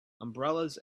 umbrellas